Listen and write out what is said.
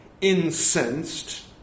incensed